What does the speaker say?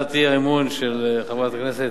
הצעת האי-אמון של חברת הכנסת,